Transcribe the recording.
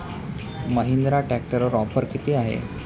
महिंद्रा ट्रॅक्टरवर ऑफर किती आहे?